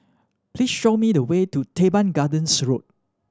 please show me the way to Teban Gardens Road